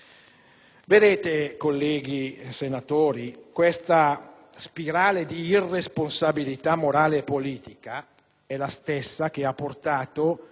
esprime. Colleghi senatori, questa spirale di irresponsabilità morale e politica è la stessa che ha portato